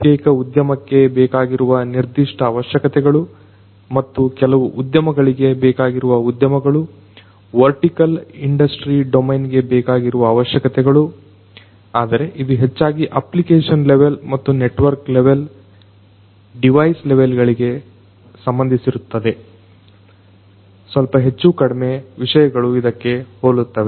ಪ್ರತ್ಯೇಕ ಉದ್ಯಮಕ್ಕೆ ಬೇಕಾಗಿರುವ ನಿರ್ದಿಷ್ಟ ಅವಶ್ಯಕತೆಗಳು ಮತ್ತು ಕೆಲವು ಉದ್ಯಮಗಳಿಗೆ ಬೇಕಾಗಿರುವ ಉದ್ಯಮಗಳು ವರ್ಟಿಕಲ್ ಇಂಡಸ್ಟ್ರಿ ಡೊಮೇನ್ಗೆ ಬೇಕಾಗಿರುವ ಅವಶ್ಯಕತೆಗಳು ಆದರೆ ಇದು ಹೆಚ್ಚಾಗಿ ಅಪ್ಲಿಕೇಷನ್ ಲೆವೆಲ್ ಮತ್ತು ನೆಟ್ವರ್ಕ್ ಲೆವೆಲ್ ಡಿವೈಸ್ ಲೆವೆಲ್ಗಳಿಗೆ ಸಂಬಂಧಿಸಿರುತ್ತದೆ ಸ್ವಲ್ಪ ಹೆಚ್ಚು ಕಡಿಮೆ ವಿಷಯಗಳು ಇದಕ್ಕೆ ಹೋಲುತ್ತವೆ